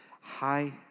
high